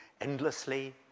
endlessly